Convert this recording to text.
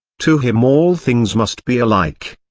to him all things must be alike.